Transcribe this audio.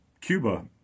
Cuba